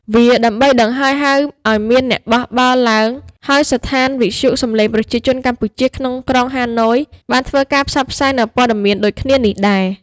វាដើម្បីដង្ហើយហៅឱ្យមានអ្នកបះបោរឡើង ហើយស្ថានីវិទ្យុសម្លេងប្រជាជនកម្ពុជាក្នុងក្រុងហាណូយបានធ្វើការផ្សព្វផ្សាយនូវពត៍មានដូចគ្នានេះដែរ ។